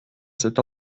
cet